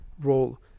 role